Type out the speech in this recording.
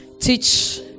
teach